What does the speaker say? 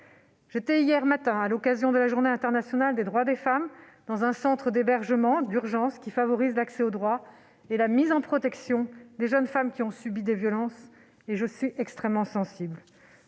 de leur conjoint. À l'occasion de la Journée internationale des droits des femmes, j'étais hier matin dans un centre d'hébergement d'urgence qui favorise l'accès au droit et la mise en protection de jeunes femmes ayant subi des violences : j'y suis extrêmement sensible.